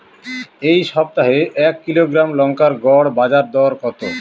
এই সপ্তাহে এক কিলোগ্রাম লঙ্কার গড় বাজার দর কত?